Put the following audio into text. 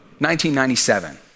1997